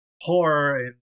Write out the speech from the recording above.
horror